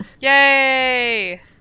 Yay